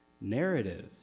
Narrative